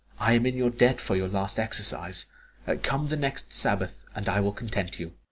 i am in your debt for your last exercise come the next sabbath, and i will content you.